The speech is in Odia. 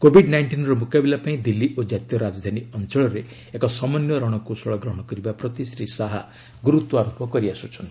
କୋଭିଡ୍ ନାଇଣ୍ଟିନ୍ର ମୁକାବିଲାପାଇଁ ଦିଲ୍ଲୀ ଓ କାତୀୟ ରାଜଧାନୀ ଅଞ୍ଚଳରେ ଏକ ସମନ୍ୱୟ ରଣକୌଶଳ ଗ୍ରହଣ କରିବା ପ୍ରତି ଶ୍ରୀ ଶାହା ଗ୍ରର୍ତ୍ୱ ଆରୋପ କରିଆସ୍କୁଛନ୍ତି